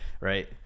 Right